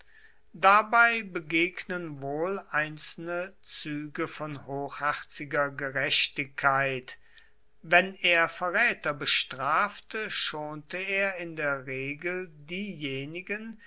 dabei begegnen wohl einzelne züge von hochherziger gerechtigkeit wenn er verräter bestrafte schonte er in der regel diejenigen